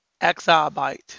Exabyte